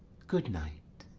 good night.